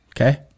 okay